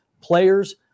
players